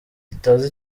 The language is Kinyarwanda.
itazi